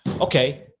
Okay